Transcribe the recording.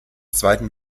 zweiten